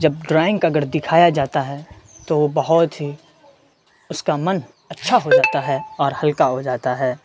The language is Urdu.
جب ڈرائنگ اگر دکھایا جاتا ہے تو بہت ہی اس کا من اچّھا ہو جاتا ہے اور ہلکا ہو جاتا ہے